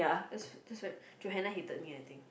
it's like Johanna hated me I think